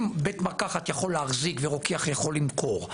אם בית מרקחת יכול להחזיק ורוקח יכול למכור,